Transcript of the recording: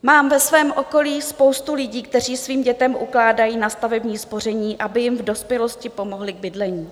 Mám ve svém okolí spoustu lidí, kteří svým dětem ukládají na stavební spoření, aby jim v dospělosti pomohli k bydlení.